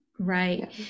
Right